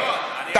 לא, אני אענה.